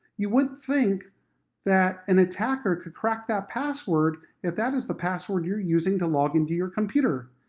you wouldn't think that an attacker could crack that password, if that is the password you're using to log into your computer!